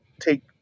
take